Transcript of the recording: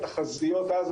התחזיות אז,